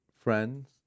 friends